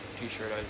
t-shirt